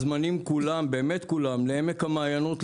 אתם מוזמנים כולם לעמק המעיינות לסיור,